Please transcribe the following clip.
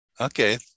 Okay